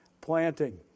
planting